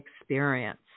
experience